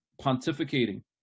pontificating